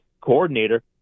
coordinator